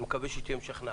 ואני מקווה שהיא תהיה משכנעת,